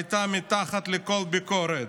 הייתה מתחת לכל ביקורת.